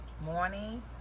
morning